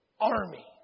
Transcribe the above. army